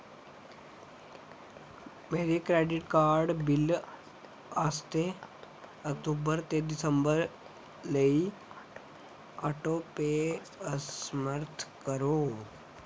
मेरे credit card bill आस्तै अक्तूबर ते दिसंबर लेई आटोपे असमर्थ करो